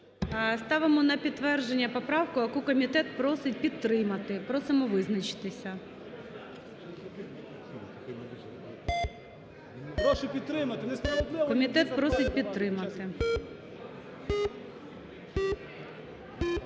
Ставимо на підтвердження поправку, яку комітет просить підтримати. Просимо визначитися. Комітет просить підтримати.